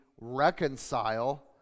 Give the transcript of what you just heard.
reconcile